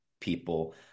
people